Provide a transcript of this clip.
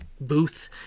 booth